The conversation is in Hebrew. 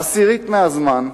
עשירית מהזמן,